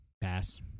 pass